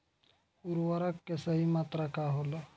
उर्वरक के सही मात्रा का होला?